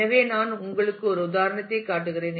எனவே நான் உங்களுக்கு ஒரு உதாரணத்தைக் காட்டுகிறேன்